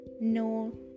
no